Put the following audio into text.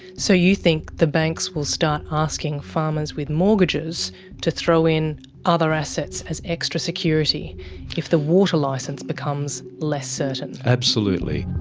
so you think the banks will start asking farmers with mortgages to throw in other assets as extra security if the water licence becomes less certain. absolutely.